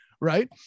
right